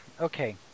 Okay